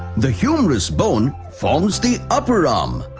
the humerus bone forms the upper um